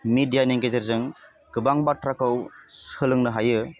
मेदियानि गेजेरजों गोबां बाथ्राखौ सोलोंनो हायो